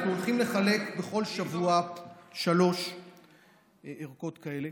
אנחנו הולכים לחלק בכל שבוע שלוש ערכות כאלה